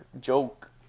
joke